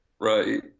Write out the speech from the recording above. Right